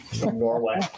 Norway